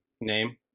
Name